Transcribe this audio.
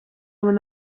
man